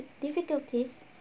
difficulties